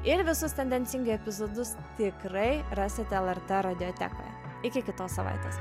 ir visus tendencingai epizodus tikrai rasite lrt radiotekoje iki kitos savaitės